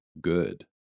good